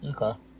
Okay